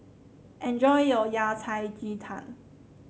enjoy your Yao Cai Ji Tang